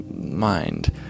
mind